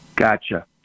Gotcha